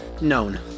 Known